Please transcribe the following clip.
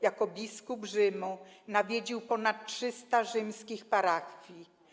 Jako biskup Rzymu nawiedził ponad 300 rzymskich parafii.